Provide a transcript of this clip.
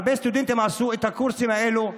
הרבה סטודנטים עברו את הקורסים האלה,